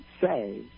say